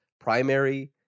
primary